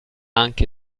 anche